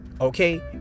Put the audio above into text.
Okay